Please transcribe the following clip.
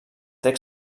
text